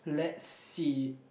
let's see